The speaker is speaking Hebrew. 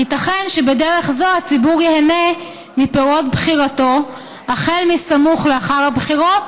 ייתכן שבדרך זו הציבור ייהנה מפירות בחירתו החל מסמוך לאחר הבחירות